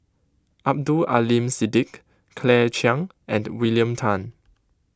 Abdul Aleem Siddique Claire Chiang and William Tan